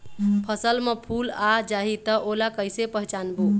फसल म फूल आ जाही त ओला कइसे पहचानबो?